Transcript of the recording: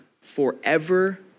forever